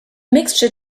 mixture